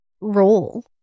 role